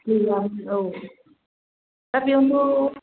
गोजान औ दा बेयावनोथ'